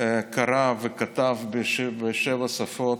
קרא וכתב בשבע שפות,